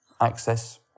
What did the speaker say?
access